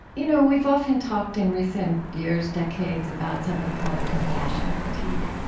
you know, we've often talked in recent years, decades, about something called compassion fatigue.